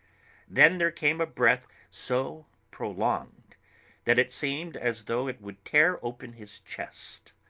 then there came a breath so prolonged that it seemed as though it would tear open his chest.